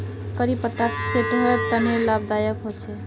करी पत्ता सेहटर तने लाभदायक होचे